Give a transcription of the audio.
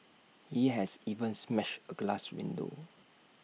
he has even smashed A glass window